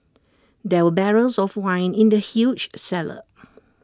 there were barrels of wine in the huge cellar